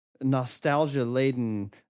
nostalgia-laden